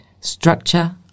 structure